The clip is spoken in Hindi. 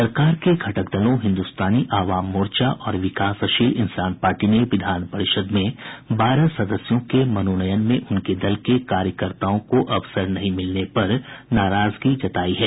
सरकार के घटक दलों हिन्द्रस्तानी आवाम मोर्चा और विकासशील इंसान पार्टी ने विधान परिषद् में बारह सदस्यों के मनोनयन में उनके दल के कार्यकर्ताओं को अवसर नहीं मिलने पर नाराजगी जतायी है